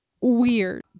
weird